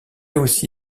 aussi